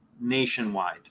nationwide